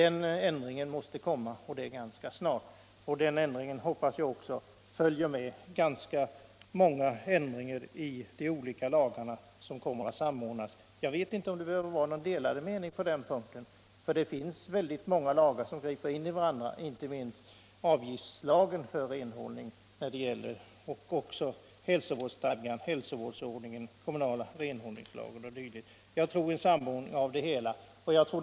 En ändring därvidlag måste göras — och det ganska snart — och jag hoppas att då också följer ändringar i de olika lagar som måste samordnas. Jag vet inte om det behöver råda delade meningar på den punkten. Det finns ju många lagar som griper in i varandra, inte minst avgiftslagen för renhållning samt hälsovårdsstadgan, hälsovårdsordningen, kommunala renhållningslagen osv. Jag tror att det behövs en samordning av det hela.